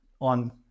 on